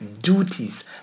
duties